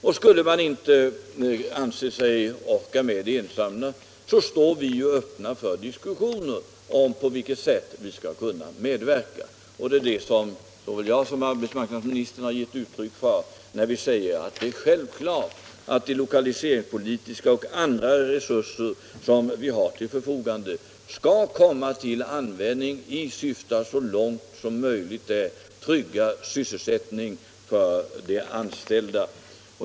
Anser man sig inte orka med det ensam, står vi öppna för diskussioner om hur vi skall kunna medverka. Det är detta såväl arbetsmarknadsministern som jag givit uttryck för när vi säger att det är självklart att de lokaliseringspolitiska och andra resurser vi har till förfogande skall komma till användning i syfte att så långt möjligt är trygga sysselsättningen för de anställda.